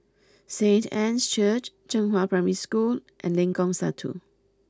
Saint Anne's Church Zhenghua Primary School and Lengkong Satu